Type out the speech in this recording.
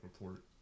report